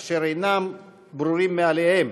אשר אינם ברורים מאליהם,